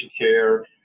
care